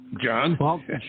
john